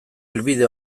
helbide